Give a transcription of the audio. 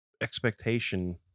expectation